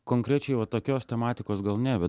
konkrečiai vat tokios tematikos gal ne bet